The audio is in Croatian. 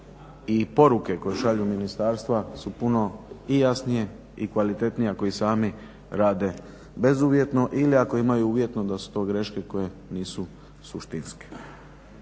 i poruke koje šalju ministarstva su puno i jasnije i kvalitetnija ako ih sami rade bezuvjetno ili ako imaju uvjetno da su to greške koje nisu suštinske.